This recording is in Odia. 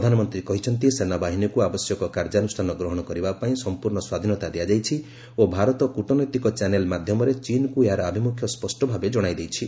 ପ୍ରଧାନମନ୍ତ୍ରୀ କହିଛନ୍ତି ସେନାବାହିନୀକୁ ଆବଶ୍ୟକ କାର୍ଯ୍ୟାନୁଷ୍ଠାନ ଗ୍ରହଣ କରିବା ପାଇଁ ସମ୍ପର୍ଣ୍ଣ ସ୍ୱାଧୀନତା ଦିଆଯାଇଛି ଓ ଭାରତ କୃଟନୈତିକ ଚ୍ୟାନେଲ ମାଧ୍ୟମରେ ଚୀନ୍କୁ ଏହାର ଆଭିମୁଖ୍ୟ ସ୍ୱଷ୍ଟଭାବେ କଣାଇଦେଇଛି